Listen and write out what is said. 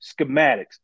schematics